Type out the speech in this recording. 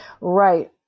Right